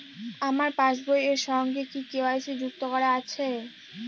আমার পাসবই এর সঙ্গে কি কে.ওয়াই.সি যুক্ত করা আছে?